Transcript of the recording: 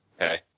Okay